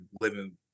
living